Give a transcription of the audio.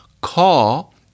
call